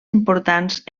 importants